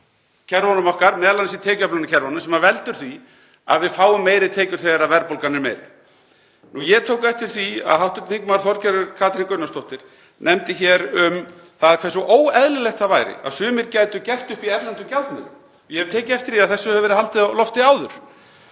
kerfunum okkar, m.a. í tekjuöflunarkerfinu, sem veldur því að við fáum meiri tekjur þegar verðbólgan er meiri. Ég tók eftir því að hv. þm. Þorgerður Katrín Gunnarsdóttir nefndi hér hversu óeðlilegt væri að sumir gætu gert upp í erlendum gjaldmiðlum. Ég hef tekið eftir því að þessu hefur verið haldið á lofti áður.